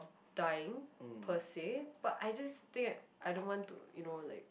dying per se but I just think I don't want to you know like